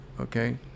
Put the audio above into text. okay